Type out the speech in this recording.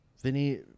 Vinny